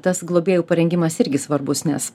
tas globėjų parengimas irgi svarbus nes